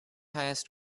highest